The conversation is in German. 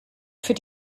für